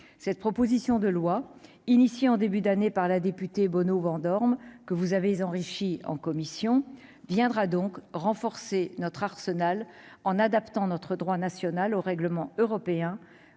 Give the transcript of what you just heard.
cette proposition de loi initiée en début d'année par la députée Bono-Vandorme que vous avez enrichi en commission viendra donc renforcer notre arsenal en adaptant notre droit national au règlement européen